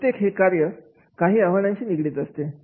प्रत्येक कार्य हे काही आव्हानांची निगडित असते